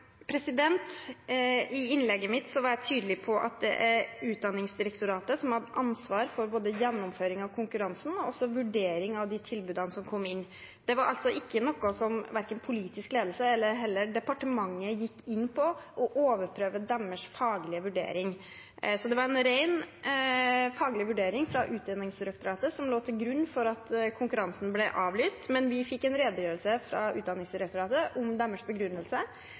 var Utdanningsdirektoratet som hadde ansvaret for både gjennomføringen av konkurransen og vurderingen av de tilbudene som kom inn. Verken politisk ledelse eller departementet gikk inn og overprøvde deres faglige vurdering. Det var en rent faglig vurdering fra Utdanningsdirektoratet som lå til grunn for at konkurransen ble avlyst, men vi fikk en redegjørelse fra Utdanningsdirektoratet om deres begrunnelse.